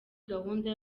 gahunda